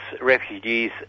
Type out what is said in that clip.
refugees